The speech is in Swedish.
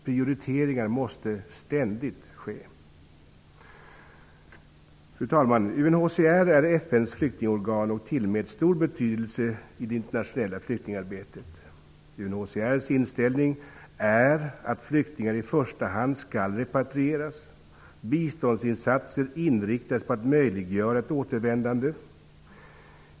Prioriteringar måste ständigt ske. Fru talman! UNHCR är FN:s flyktingorgan och tillmäts stor betydelse i det internationella flyktingarbetet. UNHCR:s inställning är att flyktingar i första hand skall repatrieras. Biståndsinsatser inriktas på att möjliggöra ett återvändande.